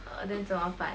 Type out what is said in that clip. err then 怎么办